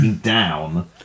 down